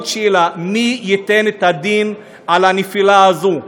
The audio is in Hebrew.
ועוד שאלה: מי ייתן את הדין על הנפילה הזאת?